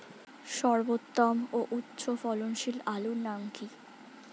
সর্বোত্তম ও উচ্চ ফলনশীল আলুর নাম কি?